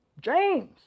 James